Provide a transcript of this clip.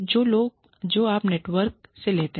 तो आप नेटवर्क से लेते हैं